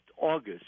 august